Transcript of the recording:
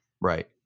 Right